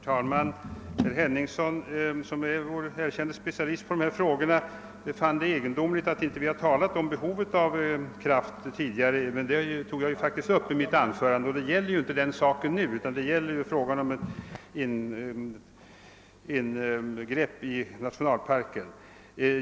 Herr talman! Herr Henningsson, som är vår erkände specialist på dessa frågor, fann det egendomligt att vi inte har talat om kraftbehovet tidigare, men jag tog faktiskt upp den saken i mitt anförande. Här gäller det dock inte den frågan, utan här diskuterar vi ett ingrepp i nationalparken.